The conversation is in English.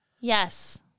Yes